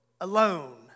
alone